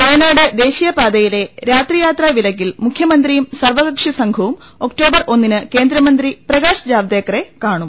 വയനാട് ദേശീയപാതയിലെ രാത്രിയാത്രാ വിലക്കിൽ മുഖ്യ മന്ത്രിയും സർവ്വക്ഷിസംഘവും ഒക്ടോബർ ഒന്നിന് കേന്ദ്ര മന്ത്രി പ്രകാശ്ജാവ്ദേക്കറെ കാണും